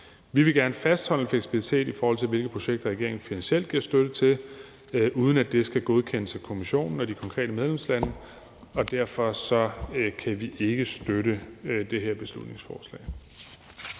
Vi vil gerne fastholde en fleksibilitet, i forhold til hvilke projekter regeringen finansielt giver støtte til, uden at det skal godkendes af Kommissionen og de konkrete medlemslande, og derfor kan vi ikke støtte det her beslutningsforslag.